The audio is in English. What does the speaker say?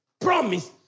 promise